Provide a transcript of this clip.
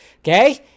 Okay